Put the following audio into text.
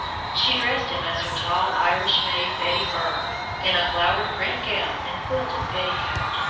she dressed him as her tall irish maid betty burke, in a flowered print gown and quilted petticoat,